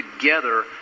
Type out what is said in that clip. together